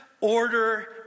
order